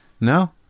No